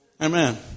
Amen